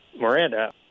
Miranda